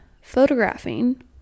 photographing